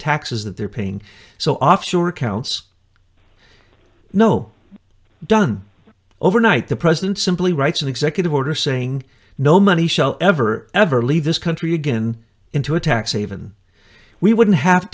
taxes that they're paying so offshore accounts no done overnight the president simply writes an executive order saying no money shall ever ever leave this country again into a tax haven we wouldn't have